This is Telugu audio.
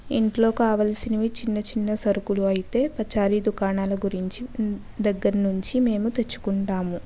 ఇంట్లో కావాల్సినవి చిన్న చిన్న సరుకులు అయితే పచారీ దుకాణాల గురించి దగ్గర్నుంచి మేము తెచ్చుకుంటాము